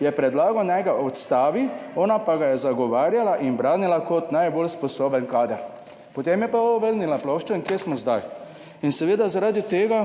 je predlagal, naj ga odstavi, ona pa ga je zagovarjala in branila kot najbolj sposoben kader. Potem je pa obrnila ploščo in kje smo zdaj? In seveda zaradi tega,